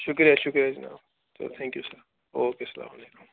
شُکریہ شُکریہ جناب چلو تھینکیوٗ سَر اوکے السلام علیکُم